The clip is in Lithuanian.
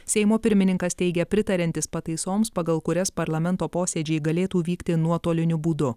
seimo pirmininkas teigia pritariantis pataisoms pagal kurias parlamento posėdžiai galėtų vykti nuotoliniu būdu